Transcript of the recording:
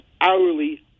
hourly